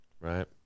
Right